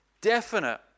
definite